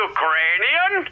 Ukrainian